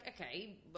okay